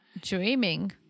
dreaming